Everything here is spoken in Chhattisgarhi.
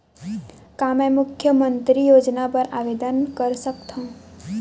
का मैं मुख्यमंतरी योजना बर आवेदन कर सकथव?